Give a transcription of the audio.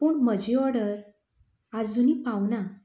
पूण म्हजी ओर्डर आजूनय पावूना